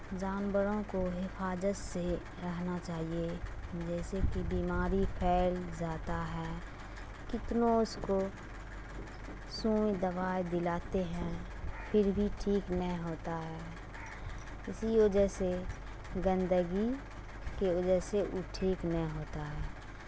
جانوروں کو حفاظت سے رہنا چاہیے جیسے کہ بیماری پھیل جاتا ہے کتنی اس کو سوئی دوائی دلاتے ہیں پھر بھی ٹھیک نہیں ہوتا ہے اسی وجہ سے گندگی کے وجہ سے وہ ٹھیک نہیں ہوتا ہے